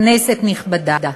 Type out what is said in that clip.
כנסת נכבדה,